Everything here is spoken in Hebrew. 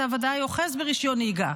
אתה ודאי אוחז ברישיון נהיגה.